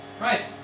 Right